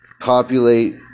populate